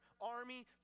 army